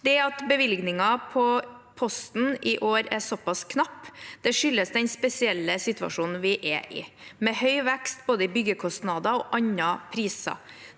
Det at bevilgningen på posten i år er såpass knapp, skyldes den spesielle situasjonen vi er i, med høy vekst i både byggekostnader og andre priser.